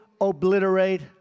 obliterate